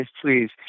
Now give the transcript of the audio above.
please